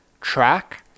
track